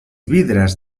vidres